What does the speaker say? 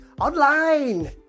Online